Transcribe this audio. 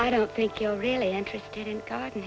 i don't think you're really interested in go